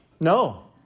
No